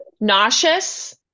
nauseous